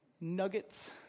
nuggets